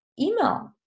email